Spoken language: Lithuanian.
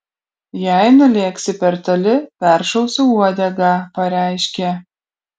jei nulėksi per toli peršausiu uodegą pareiškė